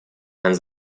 and